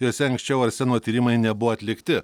jose anksčiau arseno tyrimai nebuvo atlikti